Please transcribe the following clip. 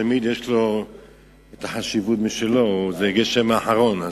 תמיד יש לו חשיבות משלו זה הגשם האחרון.